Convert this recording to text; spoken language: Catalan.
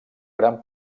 gran